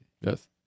Yes